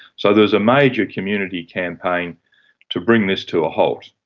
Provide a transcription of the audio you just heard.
so there's a major community campaign to bring this to a halt,